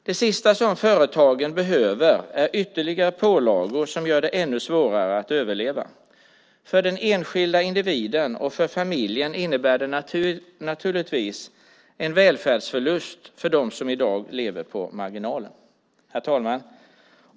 Det sista företagen behöver är ytterligare pålagor som gör det ännu svårare att överleva. För den enskilda individen och för familjen innebär det naturligtvis en välfärdsförlust för dem som i dag lever på marginalen. Herr talman!